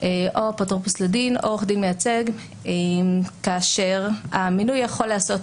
אפוטרופוס לדין או עורך דין מייצג כאשר המינוי יכול להיעשות